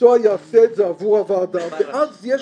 מקצוע יעשה את זה עבור הוועדה ואז יש